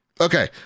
Okay